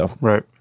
Right